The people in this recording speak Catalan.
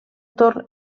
torn